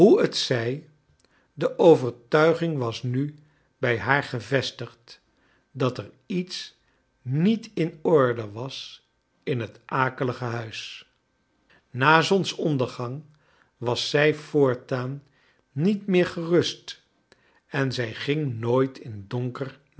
t zij de overtuiging was nu bij haar gevestigd dat er iets niet in orde was in het akelige huis na zonsondergang was zij voortaan niet meer gerust en zij ging nooit in donker